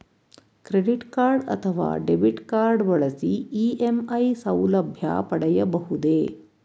Credit card ಅಥವಾ debit card ಬಳಸಿ EMI ಸೌಲಭ್ಯ ಪಡೆಯಬಹುದೇ?